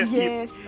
yes